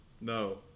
no